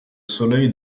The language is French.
soleil